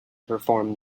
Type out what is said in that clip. performed